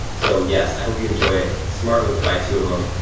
so yes, i hope you enjoy it. a smart move to buy two of em.